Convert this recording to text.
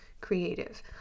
creative